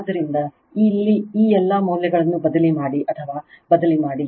ಆದ್ದರಿಂದ ಇಲ್ಲಿ ಈ ಎಲ್ಲಾ ಮೌಲ್ಯಗಳನ್ನು ಬದಲಿ ಮಾಡಿ ಅಥವಾ ಬದಲಿ ಮಾಡಿ